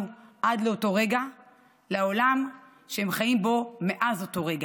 עד לאותו רגע לעולם שהם חיים בו מאז אותו רגע.